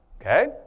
Okay